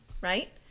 right